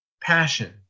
passion